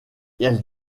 elle